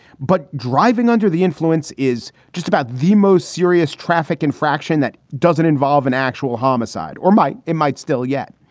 but driving under the influence is just about the most serious traffic infraction that doesn't involve an actual homicide. or might it might still yet.